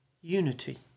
unity